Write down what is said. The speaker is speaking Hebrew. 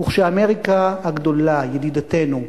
וכשאמריקה הגדולה, ידידתנו,